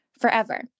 forever